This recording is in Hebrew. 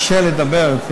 קשה לדבר.